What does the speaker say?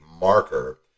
marker